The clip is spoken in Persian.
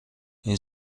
این